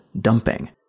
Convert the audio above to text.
dumping